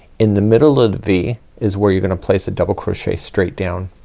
in the middle of v is where you're gonna place a double crochet straight down.